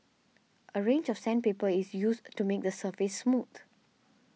a range of sandpaper is used to make the surface smooth